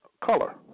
color